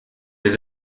des